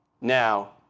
Now